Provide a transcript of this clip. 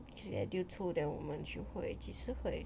schedule 出 then 我们就会几时回